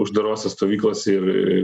uždarose stovyklose ir